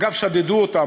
אגב, שדדו אותם.